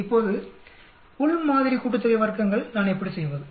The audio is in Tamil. இப்போது வர்க்கங்களின் உள் மாதிரி கூட்டுத்தொகை நான் எப்படி செய்வது